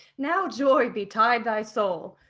now joy betide thy soul.